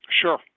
Sure